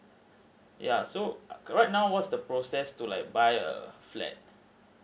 yeah so right now what's the process to like buy a flat